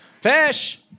Fish